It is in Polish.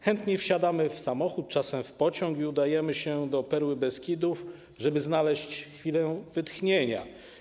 Chętnie wsiadamy w samochód, czasem w pociąg, i udajemy się do perły Beskidów, żeby odnaleźć chwilę wytchnienia.